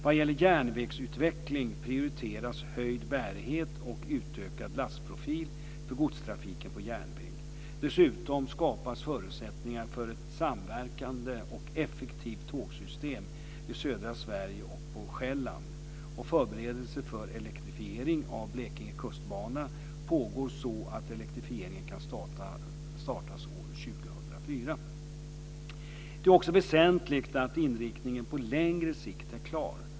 Vad gäller järnvägsutveckling prioriteras höjd bärighet och utökad lastprofil för godstrafiken på järnväg. Dessutom skapas förutsättningar för ett samverkande och effektivt tågsystem i södra Sverige och på Själland. Förberedelser för elektrifiering av Blekinge kustbana pågår så att elektrifieringen kan startas år Det är också väsentligt att inriktningen på längre sikt är klar.